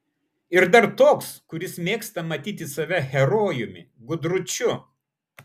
ir dar toks kuris mėgsta matyti save herojumi gudručiu